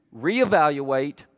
reevaluate